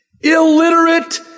Illiterate